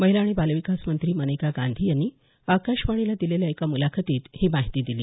महिला आणि बालविकास मंत्री मेनका गांधी यांनी आकाशवाणीला दिलेल्या एका मुलाखतीत ही माहिती दिली